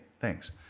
thanks